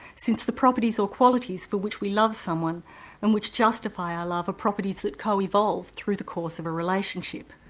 since the properties or qualities for which we love someone and which justify our love, are properties that co-evolve through the course of a relationship.